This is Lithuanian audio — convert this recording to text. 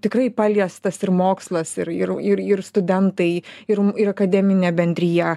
tikrai paliestas ir mokslas ir ir ir ir studentai ir ir akademinė bendrija